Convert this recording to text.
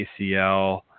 ACL